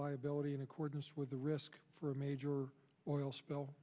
liability in accordance with the risk for a major oil